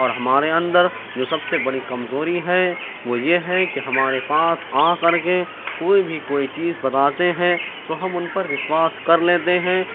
اور ہمارے اندر جو سب سے بڑی کمزوری ہے وہ یہ ہے کہ ہمارے پاس آ کر کے کوئی بھی کوئی چیز بتاتے ہیں تو ہم ان پر وشواس کر لیتے ہیں